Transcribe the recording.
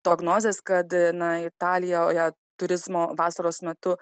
prognozės kad na italijoje turizmo vasaros metu